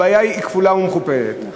הבעיה היא כפולה ומכופלת.